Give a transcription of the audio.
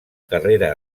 carrera